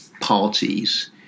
parties